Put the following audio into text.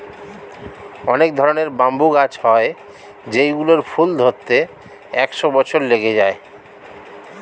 অনেক ধরনের ব্যাম্বু গাছ হয় যেই গুলোর ফুল ধরতে একশো বছর লেগে যায়